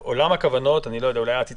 עולם הכוונות אני לא יודע, אולי את התכוונת.